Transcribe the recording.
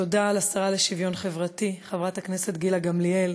תודה לשרה לשוויון חברתי חברת הכנסת גילה גמליאל